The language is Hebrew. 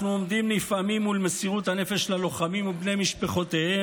אנחנו עומדים נפעמים מול מסירות הנפש של הלוחמים ובני משפחותיהם.